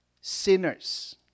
sinners